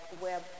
Web